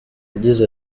yagize